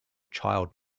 child